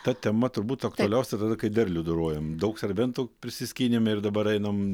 ta tema turbūt aktualiausia tada kai derlių dorojam daug serbentų prisiskynėm ir dabar einam